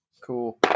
Cool